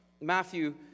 Matthew